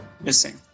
missing